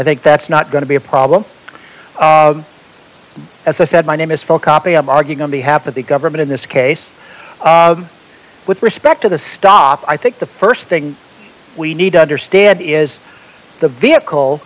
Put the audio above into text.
think that's not going to be a problem as i said my name is full copy i'm arguing on behalf of the government in this case with respect to the stop i think the st thing we need to understand is the vehicle